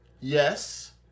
Yes